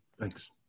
Thanks